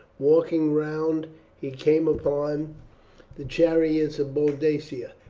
walking round he came upon the chariot of boadicea.